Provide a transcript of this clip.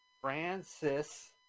Francis